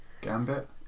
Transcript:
Gambit